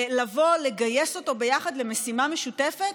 לגייס אותו ביחד למשימה משותפת?